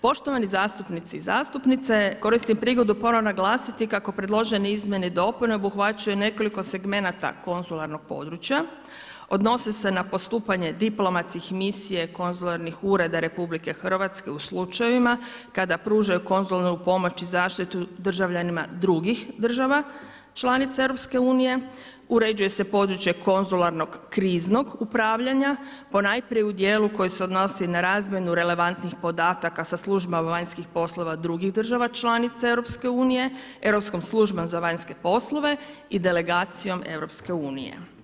Poštovani zastupnici i zastupnice, koristim prigodu ponovno naglasiti kako predložene izmjene i dopune obuhvaćaju nekoliko segmenata konzularnog područja, odnose se na postupanje diplomatskih misija konzularnih ureda RH u slučajevima kada pružaju konzularnu pomoć i zaštitu državljanima drugih država članica EU-a, uređuje se područje konzularnog kriznog upravljanja ponajprije u djelu koji se odnosi na razmjenu relevantnih podataka sa službama vanjskih poslova drugih država članica EU-a, Europskom službom za vanjske poslove i delegacijom EU-a.